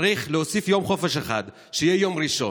צריך להוסיף יום חופש אחד, שיהיה יום ראשון.